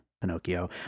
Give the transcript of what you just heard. Pinocchio